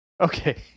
Okay